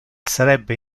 sarebbe